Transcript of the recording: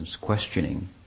questioning